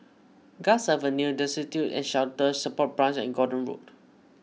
Guards Avenue Destitute and Shelter Support Branch and Gordon Road